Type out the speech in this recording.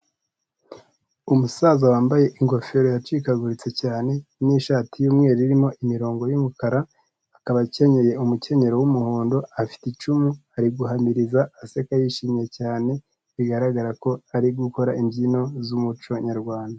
Umusaza wambaye ingofero yacikaguritse cyane, n'ishati y'umweru irimo imirongo y'umukara, akaba akenyeye umukenyero w'umuhondo afite icumu ari guhamiriza aseka yishimye cyane bigaragara ko ari gukora imbyino z'umuco nyarwanda.